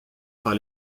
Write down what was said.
par